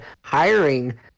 hiring